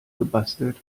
gebastelt